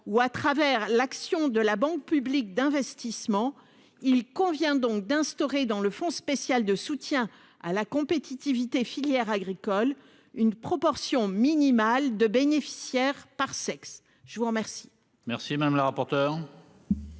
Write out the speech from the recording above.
où à travers l'action de la banque publique d'investissement. Il convient donc d'instaurer dans le fonds spécial de soutien à la compétitivité filières agricoles une proportion minimale de bénéficiaires par sexe. Je vous remercie. Merci madame la rapporteure.